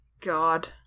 God